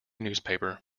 newspaper